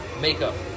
Makeup